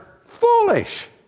Foolish